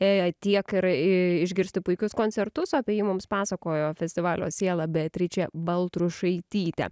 tiek ir išgirsti puikius koncertus apie jį mums pasakojo festivalio siela beatričė baltrušaitytė